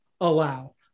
allow